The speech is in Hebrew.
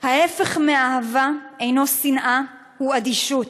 ההפך מאהבה אינו שנאה, הוא אדישות.